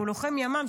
שהוא לוחם ימ"מ,